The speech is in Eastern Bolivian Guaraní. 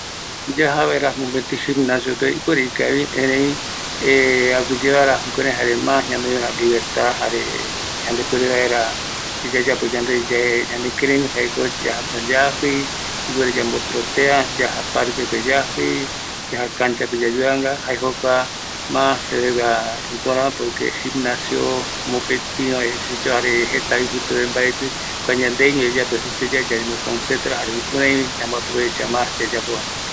Ma se aipotava aja vaera ayapo ejercicio ïru kotɨ ikotɨa mbaetɨ reve gimnasio oiakotɨ se ma ipöra se aja vaera ajɨi okavɨte rupi, jokoropi aguata vaera ayapo vaera jokope anoiva sepuere vaera se sekɨreɨa rupi jokoropi ajɨi aguata